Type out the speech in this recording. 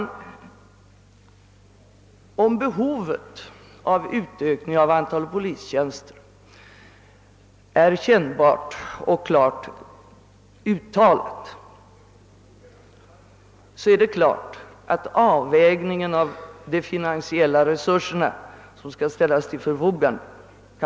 Även om behovet av en utökning av antalet polistjänster är kännbart och klart uttalat, kan det naturligtvis råda delade meningar om avvägningen av de finansiella resurser som skall ställas till förfogande.